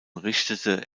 richtete